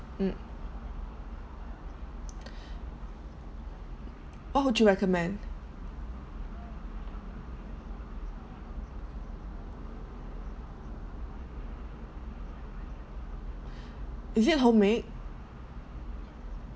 mm what would you recommend is it homemade